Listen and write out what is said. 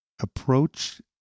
approach